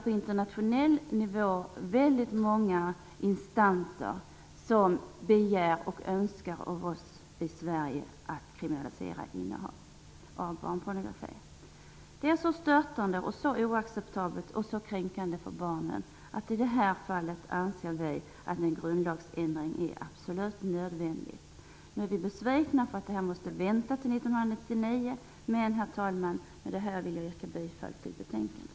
På internationell nivå har många instanser begärt och önskat att vi i Sverige skall kriminalisera innehav av barnpornografi. Barnpornografi är så stötande och oacceptabelt och så kränkande för barnen att vi anser att en grundlagsändring är absolut nödvändig i det här fallet. Vi är besvikna för att det här måste vänta till Herr talman! Med det anförda vill jag yrka bifall till utskottets hemställan.